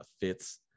fits